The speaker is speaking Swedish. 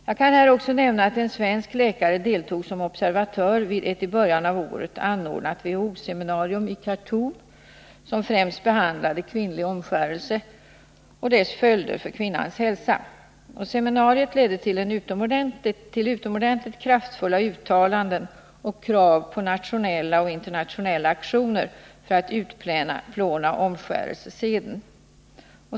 Jag kan också nämna att en svensk läkare deltog som observatör vid ett i början av året anordnat WHO-seminarium i Khartoum, som främst behandlade kvinnlig omskärelse och dess följder för kvinnans hälsa. Seminariet ledde till utomordentligt kraftfulla uttalanden och krav på nationella och internationella aktioner för att utplåna omskärelseseden.